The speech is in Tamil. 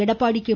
எடப்பாடி கே